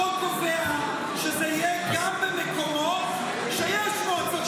החוק קובע שזה יהיה גם במקומות שיש בהם מועצות דתיות.